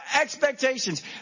expectations